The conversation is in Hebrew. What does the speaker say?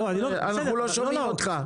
אנחנו שומעים אותך.